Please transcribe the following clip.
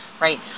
right